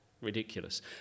Ridiculous